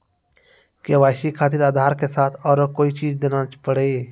KYC खातिर आधार के साथ औरों कोई चीज देना पड़ी?